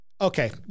Okay